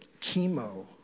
chemo